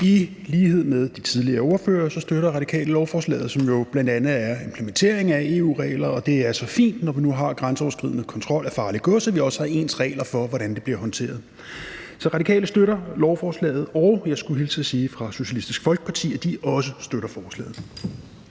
I lighed med de tidligere ordførere støtter Radikale lovforslaget, som jo bl.a. er en implementering af EU-regler. Det er så fint, når vi nu har grænseoverskridende kontrol af farligt gods, at vi også har ens regler for, hvordan det bliver håndteret. Så Radikale støtter lovforslaget, og jeg skulle hilse og sige fra Socialistisk Folkeparti, at de også støtter forslaget.